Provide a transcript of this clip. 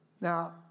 Now